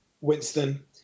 Winston